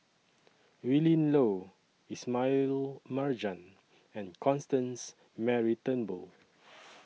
Willin Low Ismail Marjan and Constance Mary Turnbull